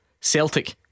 Celtic